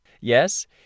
Yes